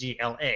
GLA